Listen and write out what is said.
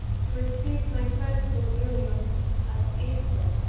to receive my first communion at easter,